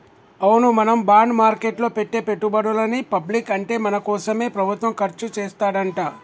అవును మనం బాండ్ మార్కెట్లో పెట్టే పెట్టుబడులని పబ్లిక్ అంటే మన కోసమే ప్రభుత్వం ఖర్చు చేస్తాడంట